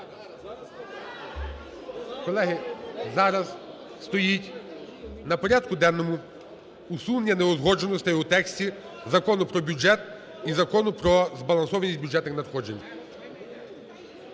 Колеги, зараз стоїть на порядку денному усунення неузгодженостей у тексті Закону про бюджет і Закону про збалансованість бюджетних надходжень.